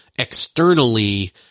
Externally